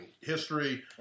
history